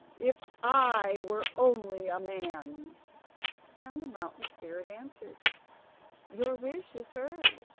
if i were only a man and the mountain spirit answered your wish is heard.